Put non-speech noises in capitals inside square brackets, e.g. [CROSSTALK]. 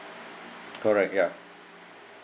[NOISE] correct ya